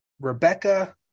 Rebecca